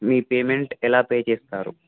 మీ payment ఎలా pay చేస్తారు